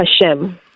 Hashem